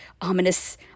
ominous